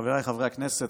חבריי חברי הכנסת,